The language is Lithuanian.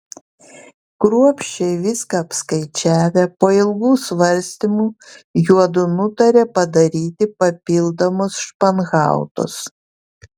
kruopščiai viską apskaičiavę po ilgų svarstymų juodu nutarė padaryti papildomus španhautus